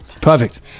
Perfect